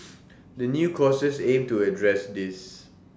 the new courses aim to address this